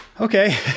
okay